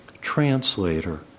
translator